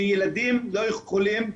שילדים לא יכולים,